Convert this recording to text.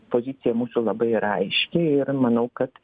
pozicija mūsų labai yra aiški ir manau kad